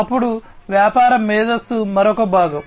అప్పుడు వ్యాపార మేధస్సు మరొక భాగం